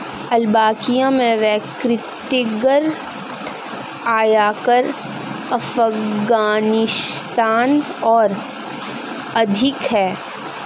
Albania में व्यक्तिगत आयकर अफ़ग़ानिस्तान से अधिक है